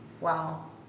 Wow